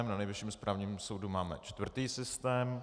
Na Nejvyšším správním soudu máme čtvrtý systém.